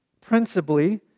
principally